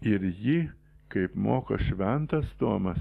ir ji kaip moko šventas tomas